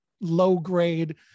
low-grade